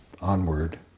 onward